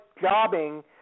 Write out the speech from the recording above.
jobbing